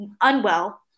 unwell